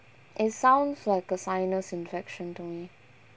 it sounds like a sinus infection to me